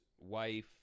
wife